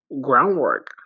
groundwork